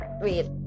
wait